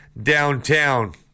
downtown